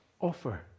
offer